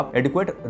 adequate